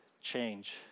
change